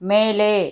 மேலே